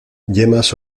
yemas